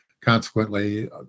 consequently